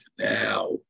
now